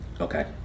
okay